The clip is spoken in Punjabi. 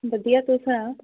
ਵਧੀਆ ਤੂੰ ਸੁਣਾ